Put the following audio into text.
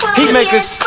Heatmakers